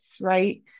right